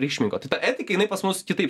reikšmingo tai ta etika jinai pas mus kitaip